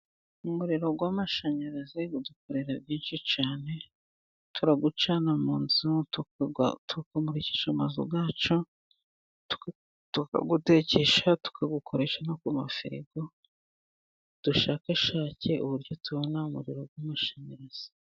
Umuriro w'amashanyarazi udukorera byinshi cyane. Turawucana mu nzu, tukawumurikisha amazu ya yacu, tukawutekesha, tukawukoresha no ku mafirigo. Dushakashake uburyo tubona umuriro w'amashanyarazi.